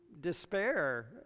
despair